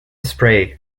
spray